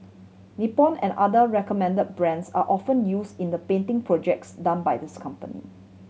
Nippon and other recommend brands are often use in the painting projects done by this company